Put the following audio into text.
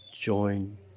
join